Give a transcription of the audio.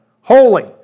holy